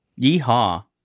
Yeehaw